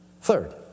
Third